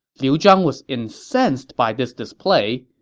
liu zhang was incensed by this display,